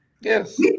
Yes